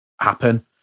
happen